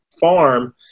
farm